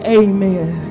amen